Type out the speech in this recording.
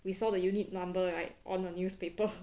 we saw the unit number right on a newspaper